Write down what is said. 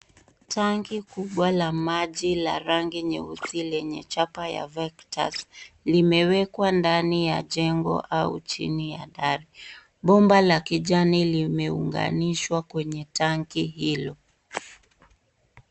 Tanki kubwa la maji la rangi nyeusi lenye chapa ya vectus limewekwa ndani ya jengo au chini ya dari. Bomba la kijani limeunganishwa kwenye tanki hilo.